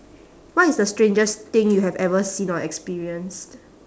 what is the strangest thing you have ever seen or experienced